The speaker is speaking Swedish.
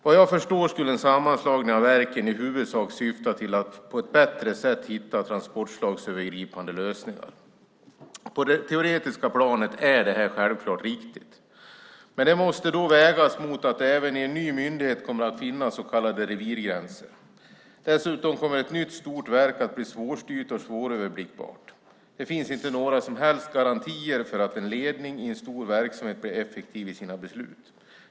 Vad jag förstår skulle en sammanslagning av verken i huvudsak syfta till att på ett bättre sätt hitta transportslagsövergripande lösningar. På det teoretiska planet är detta självklart riktigt. Men det måste då vägas mot att det även i en ny myndighet kommer att finnas så kallade revirgränser. Dessutom kommer ett nytt stort verk att bli svårtstyrt och svåröverblickat. Det finns inte några som helst garantier för att en ledning i en stor verksamhet blir effektiv i sina beslut.